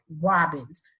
Robbins